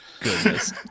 Goodness